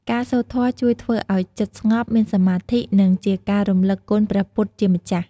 ការសូត្រធម៌ជួយធ្វើឲ្យចិត្តស្ងប់ មានសមាធិ និងជាការរំលឹកគុណព្រះពុទ្ធជាម្ចាស់។